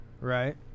Right